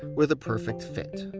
were the perfect fit